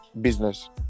business